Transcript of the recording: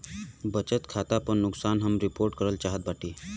बचत खाता पर नुकसान हम रिपोर्ट करल चाहत बाटी